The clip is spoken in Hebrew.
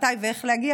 מתי ואיך להגיע.